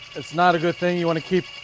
it's not a good thing. you want to keep